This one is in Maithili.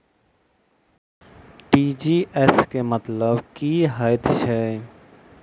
टी.जी.एस केँ मतलब की हएत छै?